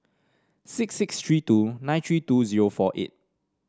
six six three two nine three two zero four eight